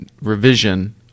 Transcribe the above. revision